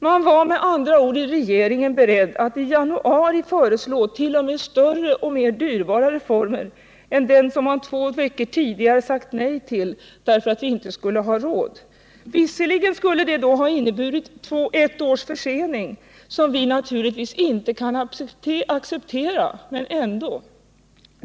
Man var med andra ord i regeringen beredd att i januari föreslå t.o.m. större och dyrbarare reformer än dem som man två veckor tidigare sagt nej till med motiveringen att vi inte skulle ha råd med dem. Visserligen skulle det då ha inneburit ett års försening, som vi naturligtvis inte kan acceptera, men ändå!